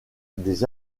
des